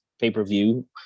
pay-per-view